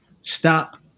Stop